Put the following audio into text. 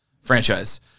franchise